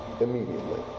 immediately